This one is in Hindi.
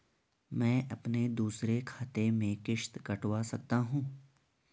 मैं अपने दूसरे खाते से किश्त कटवा सकता हूँ?